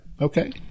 Okay